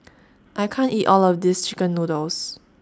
I can't eat All of This Chicken Noodles